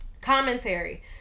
Commentary